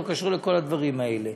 לא קשור לכל הדברים האלה.